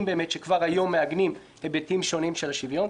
שכבר היום מעגנים היבטים שונים של השוויון.